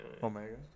Omega